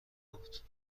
بود